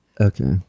Okay